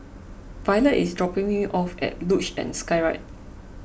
Violette is dropping me off at Luge and Skyride